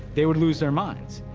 they would lose their minds.